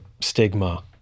stigma